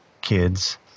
kids